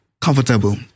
comfortable